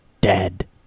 dead